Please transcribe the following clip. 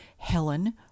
Helen